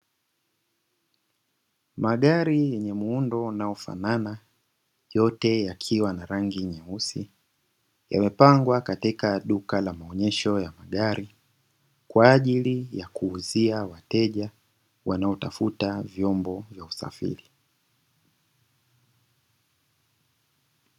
Magari yenye muundo unaofanana yote yakiwa na rangi nyeusi, yamepangwa katika duka la maonyesho ya magari kwa ajili ya kuuzia wateja wanaotafuta vyombo vya usafiri.